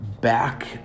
back